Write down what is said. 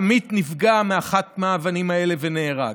עמית נפגע מאחת מהאבנים האלה ונהרג.